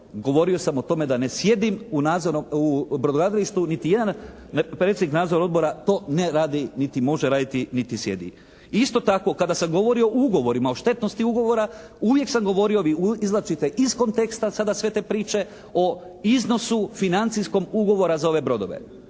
govorio sam o tome da ne sjedim u brodogradilištu, niti jedan predsjednik nadzornog odbora to ne radi niti može raditi, niti sjedi. Isto tako, kada sam govorio o ugovorima, o štetnosti ugovora uvijek sam govorio, vi izvlačite iz konteksta sada sve te priče o iznosu financijskom ugovora za ove brodove